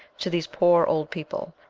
to these poor old people,